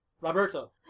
Roberto